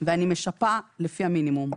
ואני משפה לפי המינימום,